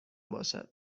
باشد